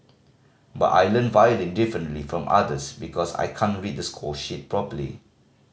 but I learn violin differently from others because I can't read the score sheet properly